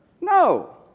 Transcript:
No